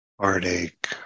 heartache